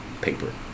paper